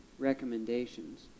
recommendations